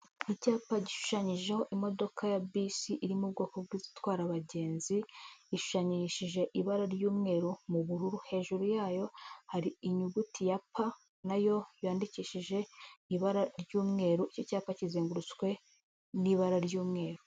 Icyapa gishushanyijeho imodoka ya bisi iri mu bwoko bw'izitwara abagenzi, ishushanyishije ibara ry'umweru mu bururu, hejuru yayo hari inyuguti ya pa nayo yandikishije ibara ry'umweru, icyo cyapa kizengurutswe n'ibara ry'umweru.